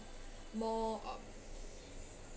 more uh